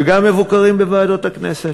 וגם מבוקרים בוועדות הכנסת,